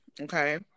okay